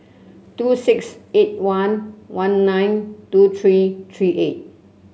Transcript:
two six eight one one nine two three three eight